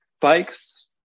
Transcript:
bikes